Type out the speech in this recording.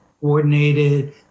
coordinated